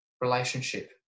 relationship